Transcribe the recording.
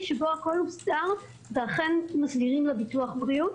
שבו הכול הוסדר ואכן מסדירים לה ביטוח בריאות.